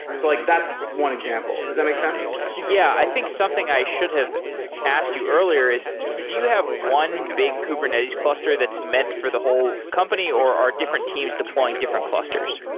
so like that one example. does that makes sense? yeah. i think something i should have asked you earlier is do you have one big kubernetes cluster that's meant for the whole company or our different teams deploying different clusters?